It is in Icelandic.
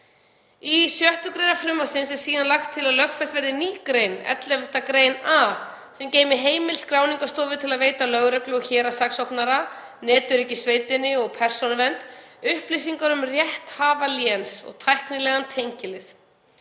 Í 6. gr. frumvarpsins er síðan lagt til að lögfest verði ný grein, 11. gr. a., sem geymi heimild skráningarstofu til að veita lögreglu og héraðssaksóknara, netöryggissveitinni og Persónuvernd upplýsingar um rétthafa léns og tæknilegan tengilið